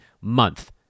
month